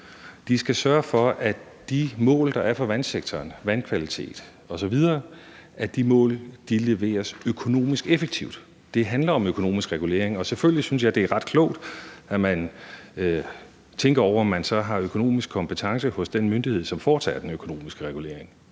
Det skal sørge for, at de mål, der er for vandsektoren med hensyn til vandkvalitet osv., nås økonomisk effektivt. Det handler om økonomisk regulering, og selvfølgelig synes jeg, det er ret klogt, at man tænker over, om man så har økonomiske kompetencer hos den myndighed, som foretager den økonomiske regulering.